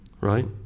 right